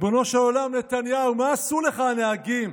ריבונו של עולם, נתניהו, מה עשו לך הנהגים?